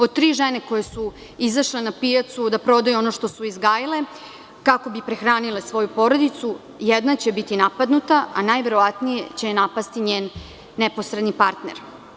Od tri žene koje su izašle na pijacu da prodaju ono što su izgajile kako bi prehranile svoju porodicu jedna će biti napadnuta, a najverovatnije će je napasti njen neposredni partner.